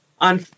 on